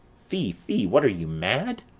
fie, fie! what, are you mad?